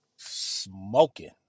Smoking